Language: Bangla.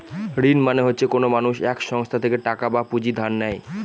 ঋণ মানে হচ্ছে কোনো মানুষ এক সংস্থা থেকে টাকা বা পুঁজি ধার নেয়